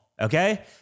okay